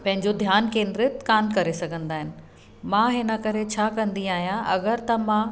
पंहिंजो ध्यानु केंद्रित कोन करे सघंदा आहिनि मां हिन करे छा कंदी आहियां अगरि त मां